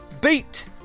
Beat